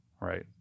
right